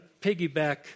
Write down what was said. piggyback